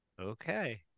Okay